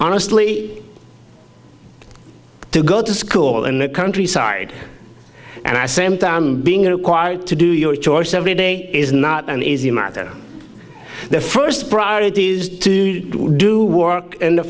honestly to go to school in the countryside and i same time being required to do your chores every day is not an easy matter the first priority is to do work in the